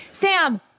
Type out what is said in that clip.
Sam